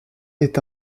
est